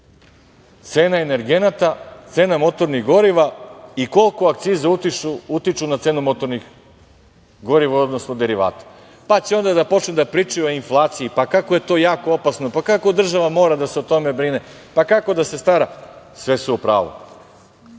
cene energenata, cena motornog goriva i koliko akcize utiču na cenu motornih goriva, odnosno derivata. Onda će da počnu da pričaju o inflaciji, pa, kako je to jako opasno, pa, kako država mora o tome da se brine, pa, kako da se stara. Sve su u pravu.